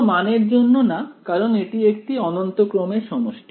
কোন মানের জন্য না কারণ এটি একটি অনন্ত ক্রম এর সমষ্টি